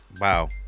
Wow